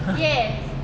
yes